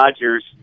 Dodgers